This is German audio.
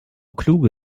kluge